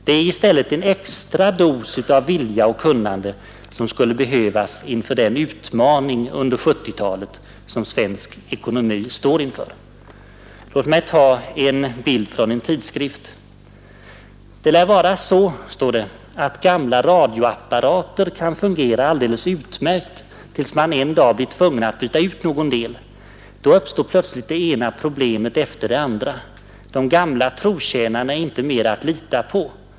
Det är i stället en extra dos vilja och kunnande som skulle behövas inför den utmaning under 1970-talet som svensk ekonomi står inför. Låt mig ta en bild från en tidskrift. Det lär vara så, står det, att gamla radioapparater kan fungera alldeles utmärkt, tills man en dag blir tvungen att byta ut någon del. Då uppstår plötsligt det ena problemet efter det andra. De gamla trotjänarna är inte mera att lita på.